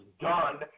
done